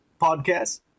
podcast